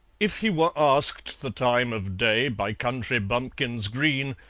if he were asked the time of day, by country bumpkins green,